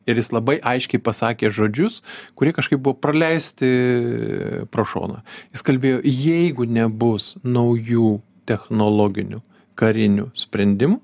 ir jis labai aiškiai pasakė žodžius kurie kažkaip buvo praleisti pro šoną jis kalbėjo jeigu nebus naujų technologinių karinių sprendimų